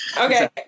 Okay